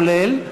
כולל,